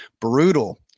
brutal